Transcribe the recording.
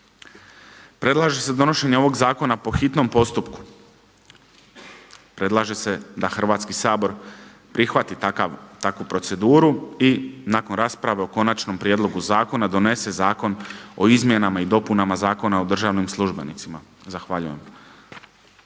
Predlaže se donošenje ovog zakona po hitnom postupku, predlaže se da Hrvatski sabor prihvati takvu proceduru i nakon rasprave o konačnom prijedlogu zakona donese Zakon o izmjenama i dopunama Zakona o državnim službenicima. Zahvaljujem.